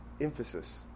Emphasis